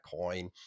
coin